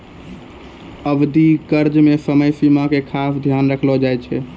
अवधि कर्ज मे समय सीमा के खास ध्यान रखलो जाय छै